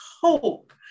hope